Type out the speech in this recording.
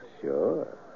Sure